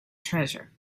treasure